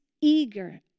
eager